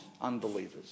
unbelievers